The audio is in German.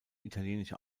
italienische